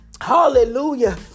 hallelujah